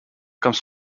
comes